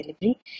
delivery